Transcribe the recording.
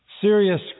serious